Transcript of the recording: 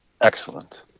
Excellent